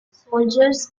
soldiers